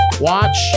watch